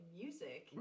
music